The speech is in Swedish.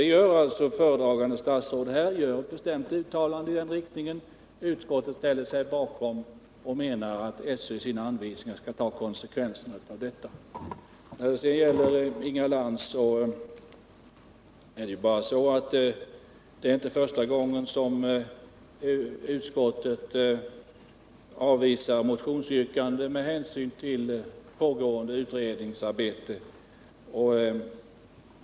Föredragande statsrådet gör här ett bestämt uttalande i rätt riktning, och utskottet ställer sig bakom det och menar att SÖ i sina anvisningar skall ta hänsyn till konsekvenserna av detta. Till Inga Lantz vill jag säga att det är inte första gången utskottet avvisar ett motionsyrkande med hänvisning till pågående utredningsarbete.